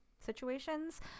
situations